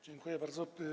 Dziękuję bardzo.